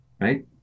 right